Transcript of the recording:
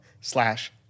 slash